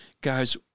guys